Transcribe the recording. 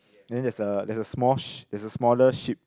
then there's a there's a small sh~ there's a smaller sheep